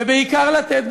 ובעיקר לתת,